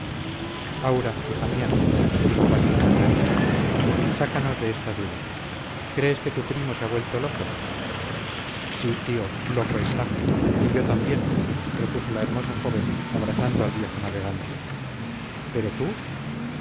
aura hija mía le dijo valentín cariñoso sácanos de esta duda crees que tu primo se ha vuelto loco sí tío loco está y yo también repuso la hermosa joven abrazando al viejo navegante pero tú